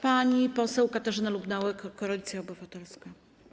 Pani poseł Katarzyna Lubnauer, Koalicja Obywatelska.